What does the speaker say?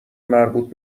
مربوط